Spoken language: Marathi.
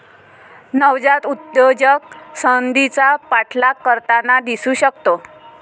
नवजात उद्योजक संधीचा पाठलाग करताना दिसू शकतो